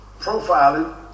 profiling